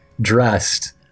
dressed